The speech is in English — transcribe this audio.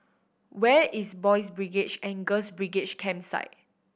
where is Boys' Brigade and Girls' Brigade Campsite